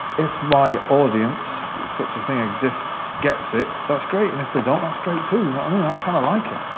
if my audience, if such a thing exists, gets it, that's great and if they don't, that's great, too, you know what i mean, i kind of like it.